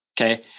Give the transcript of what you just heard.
Okay